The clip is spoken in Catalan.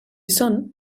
són